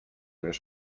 wiesz